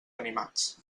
animats